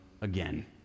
again